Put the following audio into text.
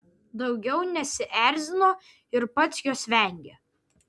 daugiau nesierzino ir pats jos vengė